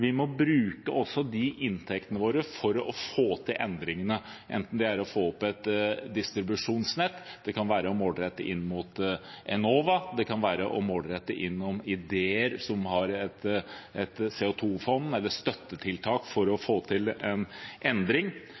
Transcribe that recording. Vi må også bruke inntektene våre for å få til endringene, enten det er å få opp et distribusjonsnett, målrette det inn mot Enova, målrette det mot ideer for et CO 2 -fond, eller andre støttetiltak for å få til en endring.